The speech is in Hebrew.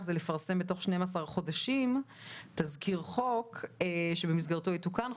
זה לפרסם בתוך 12 חודשים תזכיר חוק שבמסגרתו היא תוקם,